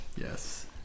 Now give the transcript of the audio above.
Yes